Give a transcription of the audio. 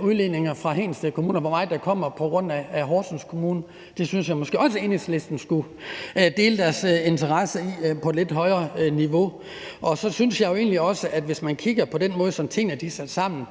udledninger fra Hedensted Kommune, og hvor meget der kommer på grund af Horsens Kommune. Det synes jeg måske også Enhedslisten skulle være interesseret i på et lidt højere niveau. Så synes jeg jo egentlig også, at hvis man kigger på den måde, som tingene er sat sammen